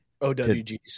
OWGs